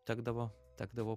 tekdavo tekdavo